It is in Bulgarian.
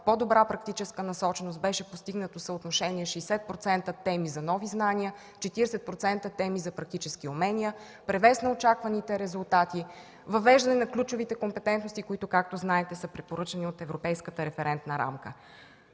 по-добра практическа насоченост. Беше постигнато съотношение 60% теми за нови знания, 40% теми за практически умения, превес на очакваните резултати, въвеждане на ключовите компетентности, които, както знаете, са препоръчани от Европейската референтна рамка.